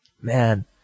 man